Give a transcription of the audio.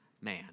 man